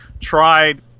tried